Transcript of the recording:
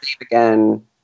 again